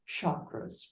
chakras